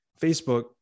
Facebook